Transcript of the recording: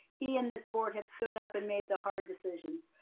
he and this board has stood up and made the hard decisions.